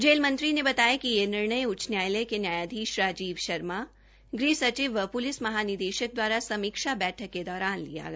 जेलमंत्री ने बताया कि यह निर्णय उच्च न्यायालय के न्यायाधीश राजीव शर्मा गृह सचिव व प्लिस महानिदेशक दवारा समीक्षा बैठक के दौरान लिया गया